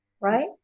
right